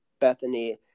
Bethany